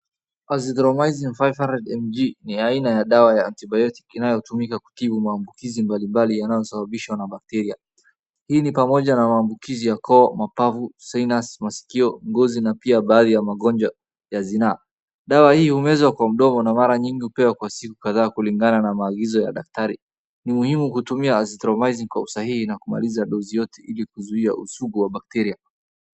Azithromycin 500 mg ni aina ya dawa ya anti-biotic inayotumika kutibu maambukizi mbalimbali yanayosababishwa na bacteria. Hii ni pamoja na maambukizi ya koo, mapafu, sinus , masikio, ngozi na pia baadhi ya magonjwa ya zinaa. Dawa hii humezwa kwa mdomo na mara njingi hupewa kwa siku kadzaa kulingana na maagizo ya daktari. Ni muhimu kutumia Azithromycin 500 mg kwa usahihi na kutumia dose yote ili kuzuia usugu wa bacteria.